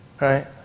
right